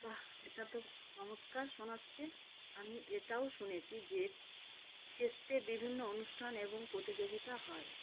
বা এটা তো চমৎকার শোনাচ্ছ আমি এটাও শুনেছি যে ফেস্টে বিভিন্ন অনুষ্ঠান এবং প্রতিযোগিতা হয়